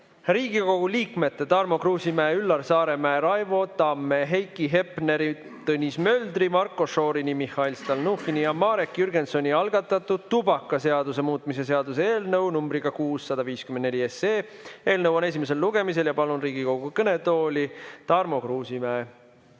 Riigikogu liikmete Tarmo Kruusimäe, Üllar Saaremäe, Raivo Tamme, Heiki Hepneri, Tõnis Möldri, Marko Šorini, Mihhail Stalnuhhini ja Marek Jürgensoni algatatud tubakaseaduse muutmise seaduse eelnõu numbriga 654. Eelnõu on esimesel lugemisel. Palun Riigikogu kõnetooli Tarmo Kruusimäe.